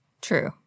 True